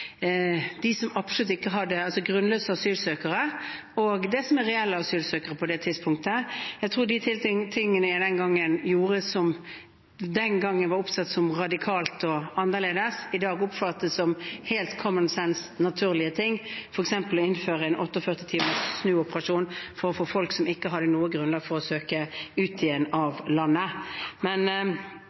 grunnløse asylsøkere og det som var reelle asylsøkere på det tidspunktet. Jeg tror de tingene jeg den gangen gjorde, som den gangen ble oppfattet som radikalt og annerledes, i dag oppfattes som helt «common sense» og naturlige ting, f.eks. å innføre en 48-timers snuoperasjon for å få folk som ikke hadde noe grunnlag for å søke, ut igjen av landet.